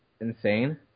insane